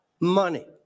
money